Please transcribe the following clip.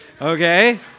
Okay